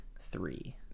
three